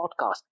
podcast